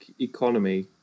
economy